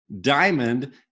Diamond